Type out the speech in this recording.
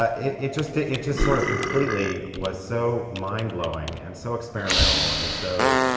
ah it just ah it just sort of completely was so mind-blowing and so experimental and so